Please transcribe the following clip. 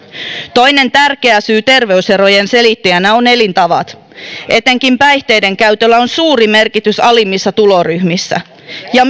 toinen tärkeä syy terveyserojen selittäjänä on elintavat etenkin päihteiden käytöllä on suuri merkitys alimmissa tuloryhmissä ja